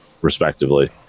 respectively